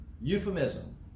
euphemism